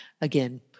Again